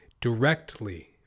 directly